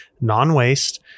non-waste